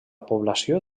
població